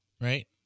right